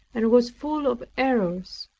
and was full of errors.